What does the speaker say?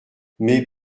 mais